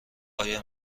آیا